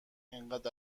انقد